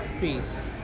Peace